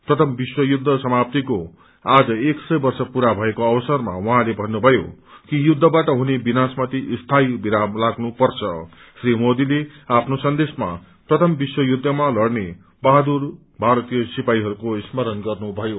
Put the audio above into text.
प्रथम विश्व युद्धको समाप्तिको आज एक सय वर्ष पूरा भएको अवसरमा उहाँले भन्नुभयो कि युद्धबाट हुन विनाशमाथि स्थायी विराम लाग्नुपर्छ श्री मोदीले आफ्नो सन्देशमा प्रथम विश्व युद्धमा लड़ने बहादुर भारीतय सिपाहीहरूको स्मरण गर्नुभयो